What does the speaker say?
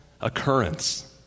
occurrence